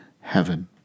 heaven